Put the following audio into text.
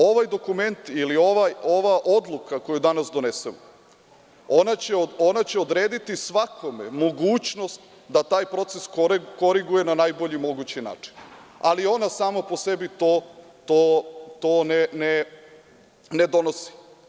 Ovaj dokument ili ova odluka koju danas donesemo, ona će odrediti svakome mogućnost da taj proces koriguje na najbolji mogući način, ali, ona sama po sebi ne donosi.